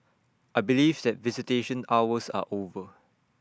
I believe that visitation hours are over